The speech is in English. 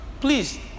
Please